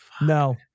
No